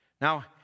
Now